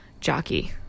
jockey